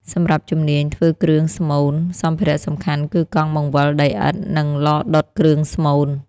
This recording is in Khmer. សម្រាប់ជំនាញ ធ្វើគ្រឿងស្មូន សម្ភារៈសំខាន់គឺកង់បង្វិលដីឥដ្ឋនិងឡដុតគ្រឿងស្មូន។